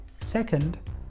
Second